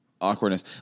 awkwardness